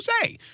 say